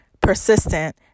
persistent